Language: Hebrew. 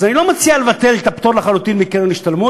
אז אני לא מציע לבטל לחלוטין את הפטור מקרן השתלמות,